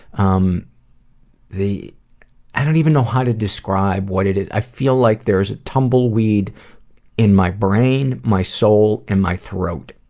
um i don't even know how to describe what it is. i feel like there is a tumbleweed in my brain, my soul, and my throat,